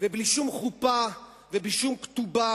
ובלי שום חופה ובלי שום כתובה,